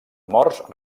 morts